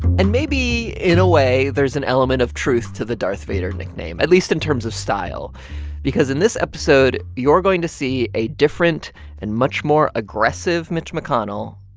and maybe, in a way, there's an element of truth to the darth vader nickname at least in terms of style because in this episode, you're going to see a different and much more aggressive mitch mcconnell.